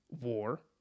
war